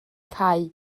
cau